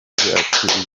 ati